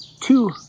two